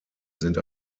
sind